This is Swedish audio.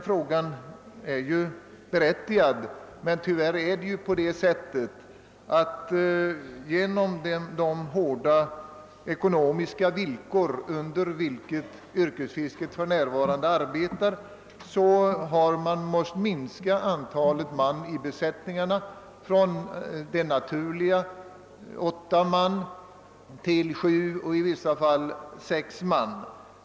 Frågan är berättigad, men på grund av de hårda ekonomiska villkor under vilka yrkesfisket för närvarande arbetar har man tyvärr måst minska besättningarna från det naturliga antalet åtta man till sju och i vissa fall sex.